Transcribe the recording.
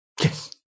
Yes